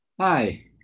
Hi